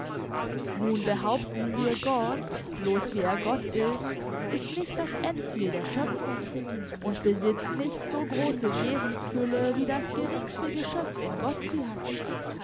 nun behaupten wir gott bloß wie er gott ist ist nicht das endziel der schöpfung und besitzt nicht so große wesensfülle wie das geringste geschöpf in gott sie hat